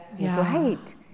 Right